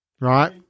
right